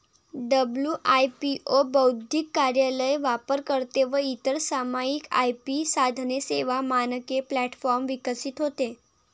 WIPO बौद्धिक कार्यालय, वापरकर्ते व इतर सामायिक आय.पी साधने, सेवा, मानके प्लॅटफॉर्म विकसित होते